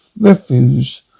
refuse